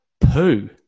poo